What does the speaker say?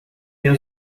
new